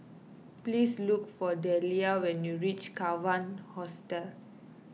please look for Dellia when you reach Kawan Hostel